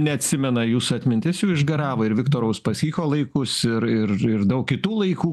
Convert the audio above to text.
neatsimena jūsų atmintis jau išgaravo ir viktoro uspaskicho laikus ir ir ir daug kitų laikų